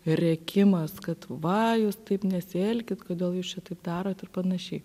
rėkimas kad va jūs taip nesielkit kodėl jūs čia taip darot ir panašiai